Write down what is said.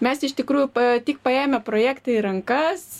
mes iš tikrųjų pa tik paėmę projektą į rankas